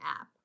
app